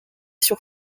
sur